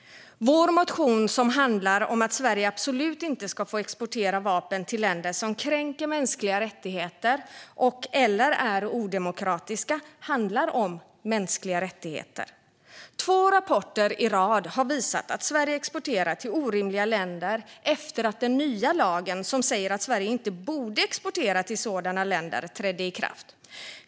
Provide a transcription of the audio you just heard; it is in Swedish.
Vår motion om att Sverige absolut inte ska få exportera vapen till länder som kränker mänskliga rättigheter eller som är odemokratiska handlar om mänskliga rättigheter. Två rapporter i rad har visat att Sverige exporterar till orimliga länder efter att den nya lagen, som säger att Sverige inte borde exportera till sådana länder, trädde i kraft.